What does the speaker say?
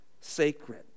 sacred